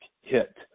hit